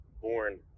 born